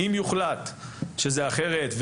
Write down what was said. אם יוחלט שזה אחרת,